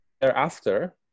thereafter